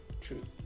Truth